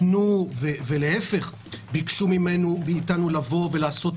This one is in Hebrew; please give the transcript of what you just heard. בקשו מאתנו לבוא ולעשות,